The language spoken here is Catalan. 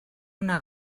una